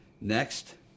Next